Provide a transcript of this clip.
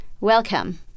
Welcome